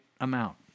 amount